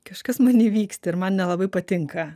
kažkas many vyksta ir man nelabai patinka